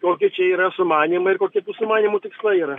kokie čia yra sumanymai ir kokie tų sumanymų tikslai yra